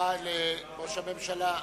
תודה לראש הממשלה.